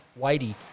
Whitey